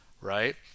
right